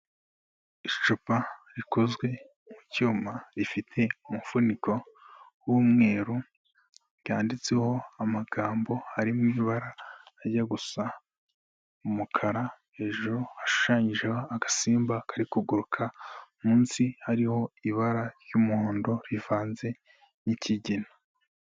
Icupa rikozwe mu cyuma rifite umufuniko w'umweru, ryanditseho amagambo arimo ibara rijya gusa umukara, hejuru hashushanyijeho agasimba kari kuguruka, munsi hariho ibara ry'umuhondo rivanze n'ikigina.